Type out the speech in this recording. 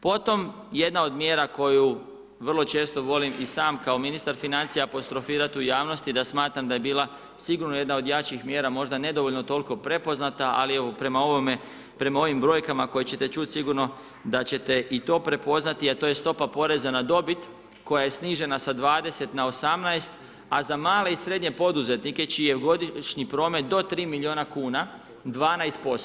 Potom, jedna od mjera koju vrlo često volim i sam kao ministar financija apostrofirati u javnosti da smatram da je bila sigurno jedna od jačih mjera, možda nedovoljno toliko prepoznata, ali evo, prema ovim brojkama koje ćete čuti sigurno da ćete i to prepoznati jer je to stopa poreza na dobit koja je snižena sa 20 na 18, a za male i srednje poduzetnike čiji je godišnji promet do 3 milijuna kuna, 12%